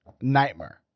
Nightmare